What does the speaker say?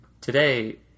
Today